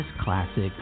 classic